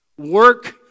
Work